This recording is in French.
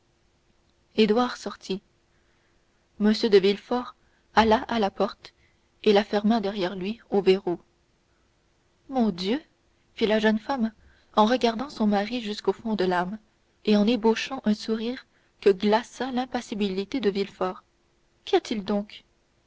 édouard sortit m de villefort alla à la porte et la ferma derrière lui au verrou ô mon dieu fit la jeune femme en regardant son mari jusqu'au fond de l'âme et en ébauchant un sourire que glaça l'impassibilité de villefort qu'y a-t-il donc